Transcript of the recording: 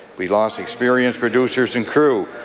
we lost experienced producers and crew,